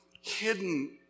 hidden